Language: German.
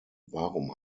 warum